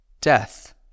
death